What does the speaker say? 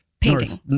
painting